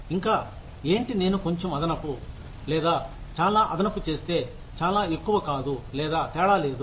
ఇంకా ఏంటి నేను కొంచెం అదనపు లేదా చాలా అదనపు చేస్తే చాలా ఎక్కువ కాదు లేదా తేడా లేదు